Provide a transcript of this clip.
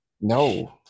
No